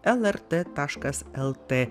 lrt taškas lt